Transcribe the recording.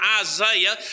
Isaiah